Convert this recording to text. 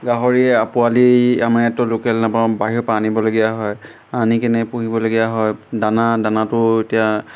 গাহৰি পোৱালি আমাৰ ইয়াতটো লোকেল নাপাও বাহিৰৰপৰা আনিবলগীয়া হয় আনি কিনে পুহিবলগীয়া হয় দানা দানাটো এতিয়া